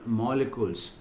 molecules